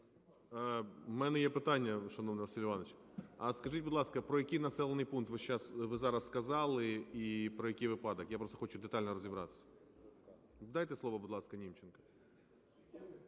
В мене є питання, шановний Василь Іванович. А скажіть, будь ласка, про який населений пункт ви сейчас... ви зараз сказали і про який випадок? Я просто хочу детально розібратися. Дайте слово, будь ласка, Німченку.